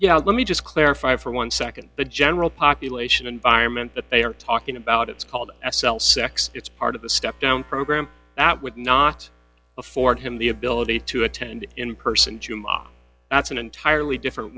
know let me just clarify for one second the general population environment that they are talking about it's called s l sex it's part of the step down program that would not afford him the ability to attend in person to mom that's an entirely different